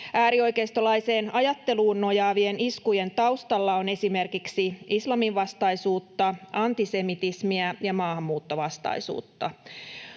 Äärioikeistolaiseen ajatteluun nojaavien iskujen taustalla on esimerkiksi islaminvastaisuutta, antisemitismiä ja maahanmuuttovastaisuutta.